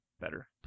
better